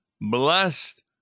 blessed